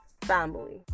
family